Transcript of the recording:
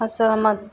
असहमत